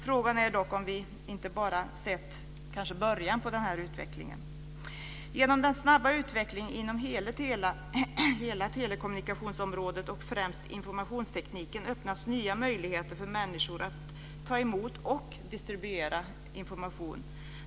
Frågan är dock om vi inte bara sett början på den här utvecklingen. Genom den snabba utvecklingen på hela telekommunikationsområdet och främst informationstekniken öppnas nya möjligheter för människor att ta emot och distribuera information.